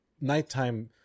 nighttime